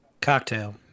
Cocktail